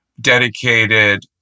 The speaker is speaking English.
dedicated